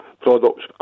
products